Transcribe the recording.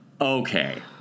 okay